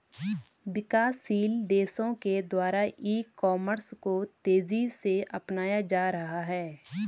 विकासशील देशों के द्वारा ई कॉमर्स को तेज़ी से अपनाया जा रहा है